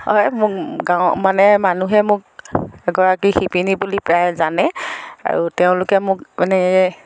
মোক গাঁৱৰ মানে মানুহে মোক এগৰাকী শিপিনী বুলি প্ৰায় জানে আৰু তেওঁলোকে মানে